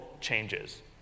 changes